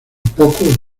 poco